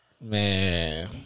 Man